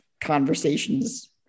conversations